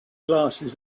glasses